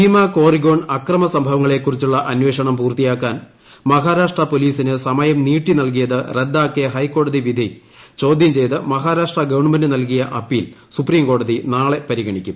ഭീമ കോറിഗോൺ അക്രമസംഭവങ്ങളെ കുറിച്ചുള്ള അന്വേഷണം പൂർത്തിയാക്കാൻ മഹാരാഷ്ട്ര പൊലീസിന് സമയം നീട്ടി നൽകിയത് റദ്ദാക്കിയ ഹൈക്കോടതി വിധി ചോദ്യം ചെയ്ത് മഹാരാഷ്ട്ര ഗവൺമെൻറ് നൽകിയ അപ്പീൽ സുപ്രീംകോടതി നാളെ പരിഗണിക്കും